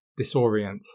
Disorient